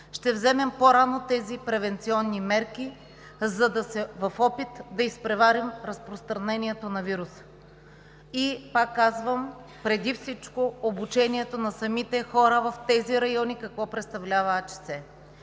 Ще вземем по-рано тези превенционни мерки в опит да изпреварим разпространението на вируса. И пак казвам, преди всичко обучението на самите хора в тези райони – какво представлява